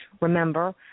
Remember